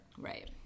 Right